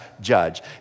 judge